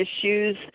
issues